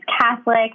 Catholic